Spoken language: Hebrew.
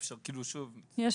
כיוון שזאת לא ועדה שמחליטה,